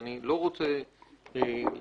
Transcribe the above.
ואני לא רוצה להקשות,